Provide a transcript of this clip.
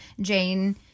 Jane